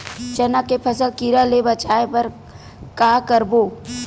चना के फसल कीरा ले बचाय बर का करबो?